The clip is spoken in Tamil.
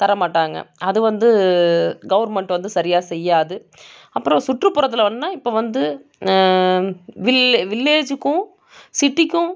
தர மாட்டாங்க அது வந்து கவர்மெண்ட் வந்து சரியாக செய்யாது அப்றம் சுற்றுப்புறத்துலேனா இப்போ வந்து வில் வில்லேஜ்ஜுக்கும் சிட்டிக்கும்